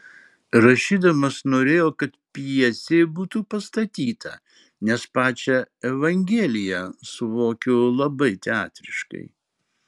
rašydamas norėjau kad pjesė būtų pastatyta nes pačią evangeliją suvokiu labai teatriškai